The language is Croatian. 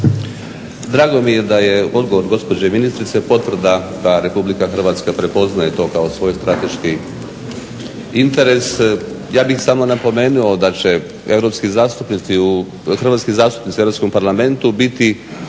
Drago mi je da je odgovor gospođe ministrice potvrda da Republika Hrvatska prepoznaje to kao svoj strateški interes. Ja bih samo napomenuo da će europski zastupnici, hrvatski zastupnici u Europskom parlamentu biti